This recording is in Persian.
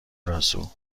راسو